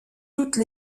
toutes